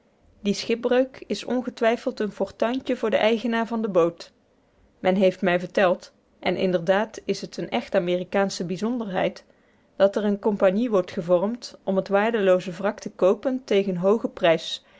die schipbreuk is ongetwijfeld een fortuintje voor den eigenaar der boot men heeft mij verteld en inderdaad is het een echt amerikaansche bijzonderheid dat er eene compagnie wordt gevormd om het waardelooze wrak te koopen tegen hoogen prijs